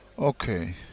Okay